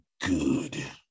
good